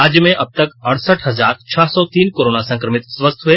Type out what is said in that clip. राज्य में अबतक अढ़सठ हजार छह सौ तीन कोरोना संक्रमित स्वस्थ हुए